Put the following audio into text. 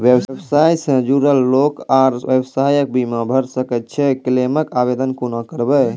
व्यवसाय सॅ जुड़ल लोक आर व्यवसायक बीमा भऽ सकैत छै? क्लेमक आवेदन कुना करवै?